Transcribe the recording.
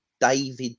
David